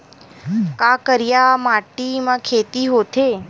का करिया माटी म खेती होथे?